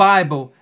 Bible